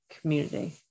community